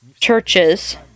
churches